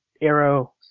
Arrow